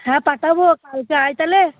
হ্যাঁ পাঠাবো কালকে আয় তাহলে